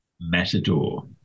Matador